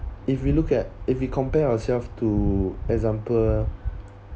if you look at if you compare yourself to example